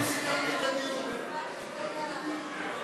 אני סיכמתי את הדיון.